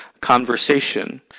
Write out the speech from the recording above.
conversation